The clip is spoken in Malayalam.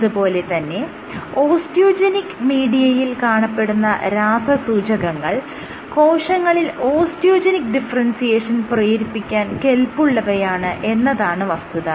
എന്നതുപോലെ തന്നെ ഓസ്റ്റിയോജെനിക് മീഡിയയിൽ കാണപ്പെടുന്ന രാസസൂചകങ്ങൾ കോശങ്ങളിൽ ഓസ്റ്റിയോജെനിക് ഡിഫറെൻസിയേഷൻ പ്രേരിപ്പിക്കാൻ കെല്പുള്ളവയാണ് എന്നതാണ് വസ്തുത